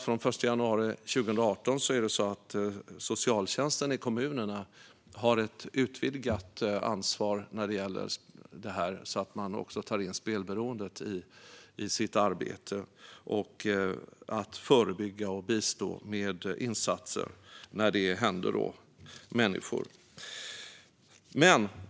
Från den 1 januari 2018 har socialtjänsten i kommunerna ett utvidgat ansvar som också omfattar spelberoende i sitt arbete för att förebygga och bistå med insatser när människor drabbas av spelberoende.